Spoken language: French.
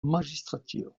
magistrature